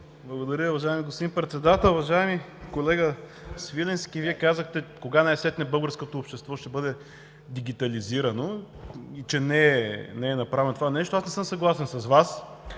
Благодаря Ви, уважаеми господин Председател. Уважаеми колега Свиленски, Вие попитахте кога най-сетне българското общество ще бъде дигитализирано и че не е направено това нещо. Аз не съм съгласен с Вас.